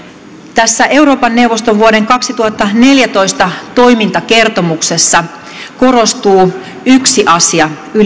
tässä euroopan neuvoston vuoden kaksituhattaneljätoista toimintakertomuksessa korostuu yksi asia